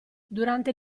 durante